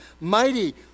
mighty